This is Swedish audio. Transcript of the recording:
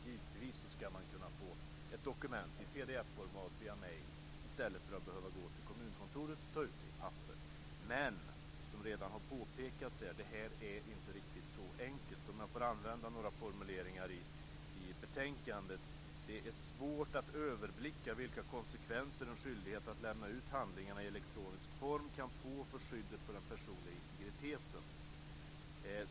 Givetvis ska man kunna få ett dokument i pdf-format via mejl i stället för att behöva gå till kommunkontoret och ta ut det på papper. Men som redan har påpekats här: Det här är inte riktigt så enkelt. Om jag får använda några formuleringar i betänkandet: "Det är . svårt att överblicka vilka konsekvenser en skyldighet att lämna ut handlingar i elektronisk form kan få för skyddet av den personliga integriteten.